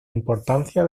importancia